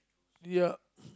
ya